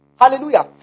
Hallelujah